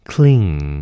Clean